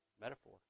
Metaphor